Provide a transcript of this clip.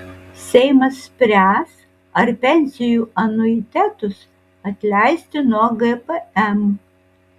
seimas spręs ar pensijų anuitetus atleisti nuo gpm